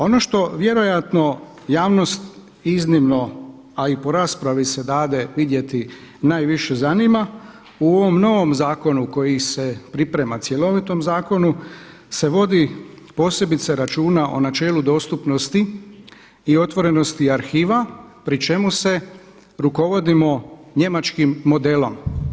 Ono što vjerojatno javnost iznimno a i po raspravi se dade vidjeti najviše zanima u ovom novom zakonu koji se priprema, cjelovitom zakonu se vodi posebice računa o načelu dostupnosti i otvorenosti arhiva pri čemu se rukovodimo njemačkim modelom.